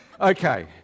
Okay